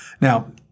Now